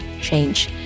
change